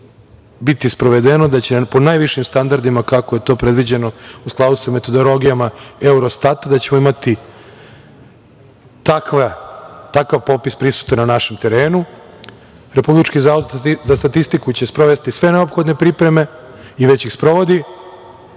biti sprovedeno po najvišim standardima kako je to predviđeno u skladu sa metodologijama EUROSTAT-a, da ćemo imati takav popis prisutan na našem terenu, Republički zavod za statistiku će sprovesti sve neophodne pripreme i već ih sprovodi,